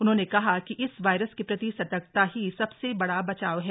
उन्होंने कहा कि इस वायरस के प्रति सतर्कता ही सबसे बड़ा बचाव है